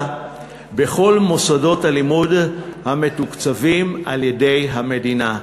בכל מוסדות הלימוד המתוקצבים על-ידי המדינה.